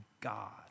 God